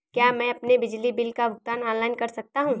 क्या मैं अपने बिजली बिल का भुगतान ऑनलाइन कर सकता हूँ?